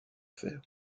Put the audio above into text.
faire